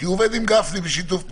כי הוא עובד עם גפני בשיתוף פעולה.